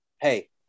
hey